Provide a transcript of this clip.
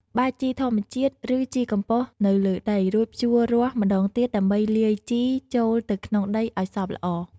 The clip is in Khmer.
បាចជីធម្មជាតិ ឬជីកំប៉ុស្តនៅលើដី រួចភ្ជួររាស់ម្តងទៀតដើម្បីលាយជីចូលទៅក្នុងដីឱ្យសព្វល្អ។